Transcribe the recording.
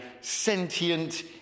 sentient